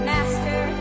Master